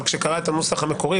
אבל שקרא את הנוסח המקורי,